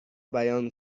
بیان